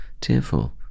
tearful